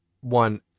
One